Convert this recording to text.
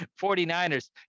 49ers